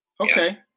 Okay